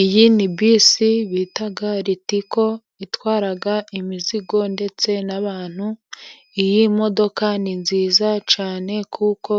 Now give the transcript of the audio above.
Iyi ni bisi bita Ritiko itwara imizigo ndetse n'abantu. Iyi modoka ni nziza cyane, kuko